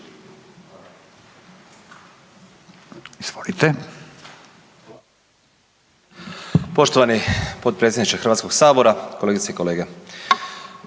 (DP)** Poštovani potpredsjedniče Hrvatskoga sabora, kolegice i kolege